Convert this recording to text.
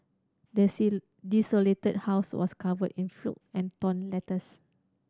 the desolated house was covered in flow and torn letters